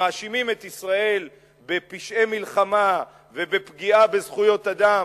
שמאשימים את ישראל בפשעי מלחמה ובפגיעה בזכויות אדם,